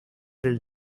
del